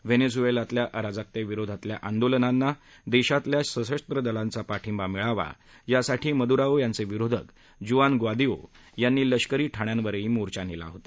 व्हेनेझुएलातल्या अराजकतेविरोधातल्या आंदोलनांना देशातल्या सशस्त्र दलांचा पाठिंबा मिळावा यासाठी मदुराओ यांचे विरोधक जुआन ग्वादियो यांनी लष्करी ठाण्यांवरही मोर्चा नेला होता